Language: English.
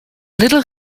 little